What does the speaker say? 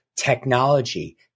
technology